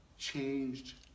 changed